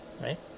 right